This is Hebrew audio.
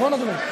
נכון, אדוני?